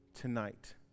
tonight